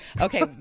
Okay